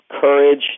courage